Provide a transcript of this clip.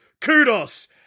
Kudos